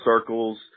circles